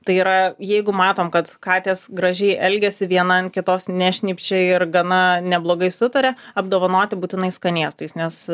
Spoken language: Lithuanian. tai yra jeigu matom kad katės gražiai elgiasi viena ant kitos nešnypščia ir gana neblogai sutarė apdovanoti būtinai skanėstais nes